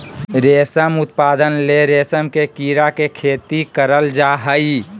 रेशम उत्पादन ले रेशम के कीड़ा के खेती करल जा हइ